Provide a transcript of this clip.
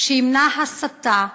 שימנע הסתה,